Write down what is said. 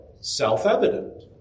self-evident